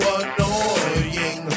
annoying